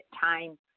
time